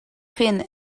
finn